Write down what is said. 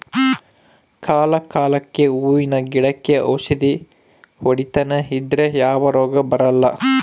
ಕಾಲ ಕಾಲಕ್ಕೆಹೂವಿನ ಗಿಡಕ್ಕೆ ಔಷಧಿ ಹೊಡಿತನೆ ಇದ್ರೆ ಯಾವ ರೋಗ ಬರಲ್ಲ